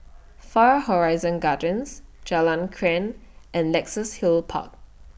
Far Horizon Gardens Jalan Krian and Luxus Hill Park